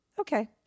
okay